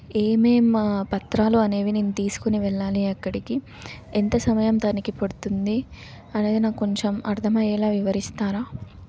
ఏమేం పత్రాలు అనేవి నేను తీసుకొని వెళ్ళాలి అక్కడికి ఎంత సమయం దానికి పడుతుంది అనేది నాకు కొంచెం అర్థమయ్యేలా వివరిస్తారా